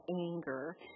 anger